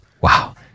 Wow